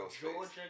Georgia